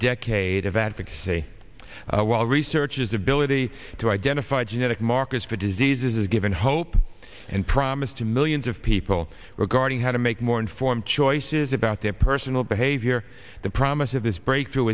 decade of advocacy while researches ability to identify genetic markers for diseases a given hope and promise to millions of people regarding how to make more informed choices about their personal behavior the promise of this breakthrough